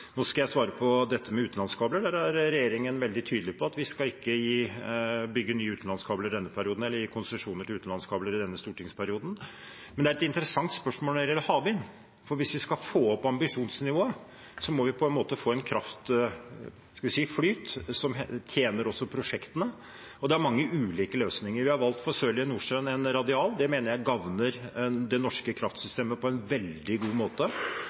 Nå skal jeg svare på dette med utenlandskabler. Der er regjeringen veldig tydelig på at vi skal ikke bygge nye utenlandskabler i denne perioden eller gi konsesjoner for utenlandskabler i denne stortingsperioden. Men det er et interessant spørsmål når det gjelder havvind, for hvis vi skal få opp ambisjonsnivået, må vi få en kraftflyt som tjener også prosjektene, og det er mange ulike løsninger. Vi har valgt for Sørlige Nordsjø en radial. Det mener jeg gagner det norske kraftsystemet på en veldig god måte,